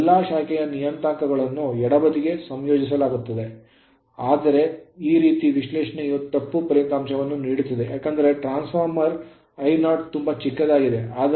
ಈ ಎಲ್ಲಾ ಶಾಖೆಯ ನಿಯತಾಂಕಗಳನ್ನು ಎಡಬದಿಗೆ ಸಂಯೋಜಿಸಲಾಗುತ್ತದೆ ಆದರೆ ಈ ರೀತಿಯ ವಿಶ್ಲೇಷಣೆಯು ತಪ್ಪು ಫಲಿತಾಂಶವನ್ನು ನೀಡುತ್ತದೆ ಏಕೆಂದರೆ ಟ್ರಾನ್ಸ್ ಫಾರ್ಮರ್ I0 ತುಂಬಾ ಚಿಕ್ಕದಾಗಿದೆ